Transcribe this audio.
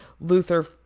luther